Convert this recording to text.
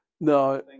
No